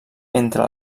entre